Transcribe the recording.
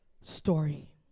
story